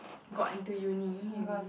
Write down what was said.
got into uni maybe